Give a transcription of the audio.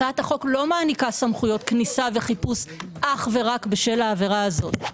הצעת החוק לא מעניקה סמכויות כניסה וחיפוש רק בשל העבירה הזו,